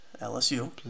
LSU